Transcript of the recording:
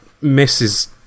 misses